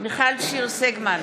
מיכל שיר סגמן,